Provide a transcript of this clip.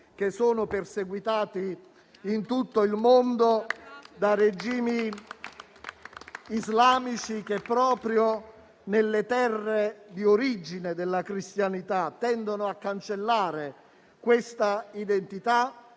che sono perseguitati in tutto il mondo da regimi islamici, che proprio nelle terre di origine della cristianità tendono a cancellare questa identità.